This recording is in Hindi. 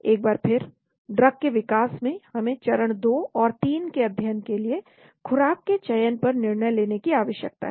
एक बार फिर ड्रग के विकास में हमें चरण 2 और 3 के अध्ययन के लिए खुराक के चयन पर निर्णय लेने की आवश्यकता है